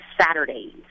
Saturdays